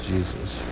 Jesus